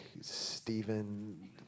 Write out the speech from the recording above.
Stephen